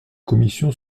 commission